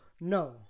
No